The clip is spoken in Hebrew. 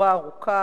שורה ארוכה,